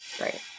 right